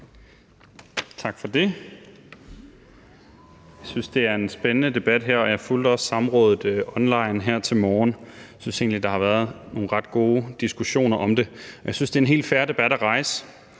Tak for det. Jeg synes, det er en spændende debat, og jeg fulgte også samrådet online her til morgen. Jeg synes egentlig, der har været nogle ret gode diskussioner om det. Jeg synes, det er en helt fair debat at rejse.